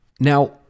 Now